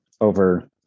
over